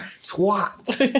Swat